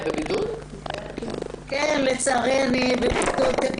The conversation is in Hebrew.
לצערי אני בבידוד.